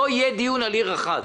לא יהיה דיון על עיר אחת.